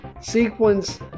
sequence